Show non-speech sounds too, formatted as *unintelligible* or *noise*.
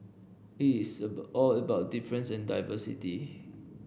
it's *unintelligible* all about difference and diversity